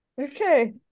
Okay